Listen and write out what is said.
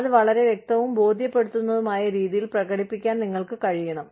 പക്ഷേ അത് വളരെ വ്യക്തവും ബോധ്യപ്പെടുത്തുന്നതുമായ രീതിയിൽ പ്രകടിപ്പിക്കാൻ നിങ്ങൾക്ക് കഴിയണം